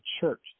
church